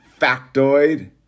factoid